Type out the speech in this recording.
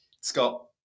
Scott